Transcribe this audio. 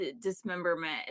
dismemberment